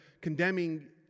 condemning